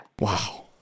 Wow